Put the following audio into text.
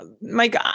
Mike